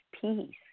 peace